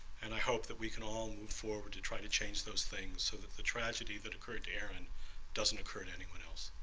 and i hope that we can all move forward to try to change those things so that the tragedy that occurred to aaron doesn't occur to anyone else.